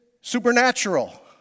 supernatural